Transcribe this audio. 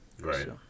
Right